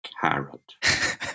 carrot